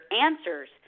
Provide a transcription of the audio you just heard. answers